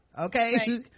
Okay